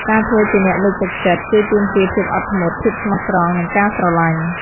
ការធ្វើជាអ្នកលើកទឹកចិត្ត គឺទាមទារភាពអត់ធ្មត់ ភាពស្មោះត្រង់ និងការស្រឡាញ់។